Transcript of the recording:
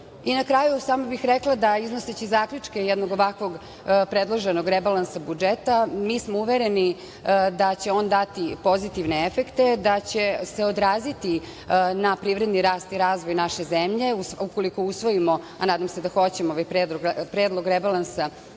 kraju samo bih rekla da iznoseći zaključke jednog ovakvog predloženog rebalansa budžeta, mi smo uvereni da će on dati pozitivne efekte, da će se odraziti na privredni rast i razvoj naše zemlje, ukoliko usvojimo, a nadam se da hoćemo ovaj Predlog rebalansa